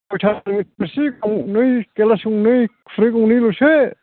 सयता थोरसि गंनै गिलास गंनै खुरै गंनैल'सो